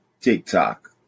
TikTok